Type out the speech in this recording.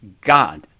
God